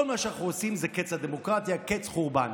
כל מה שאנחנו עושים זה קץ הדמוקרטיה, קץ, חורבן.